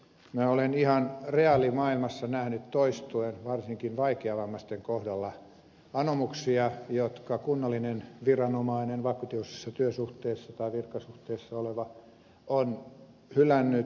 minä olen ihan reaalimaailmassa nähnyt toistuen varsinkin vaikeavammaisten kohdalla anomuksia jotka kunnallinen viranomainen vakituisessa työsuhteessa tai virkasuhteessa oleva on hylännyt